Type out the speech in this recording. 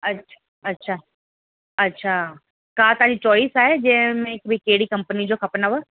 अछा अछा अछा का तव्हांजी चॉइस आहे जंहिंमें कहिड़ी कंपनी जो खपंदव